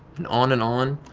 and on and on,